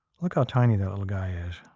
look how tiny that little guy is.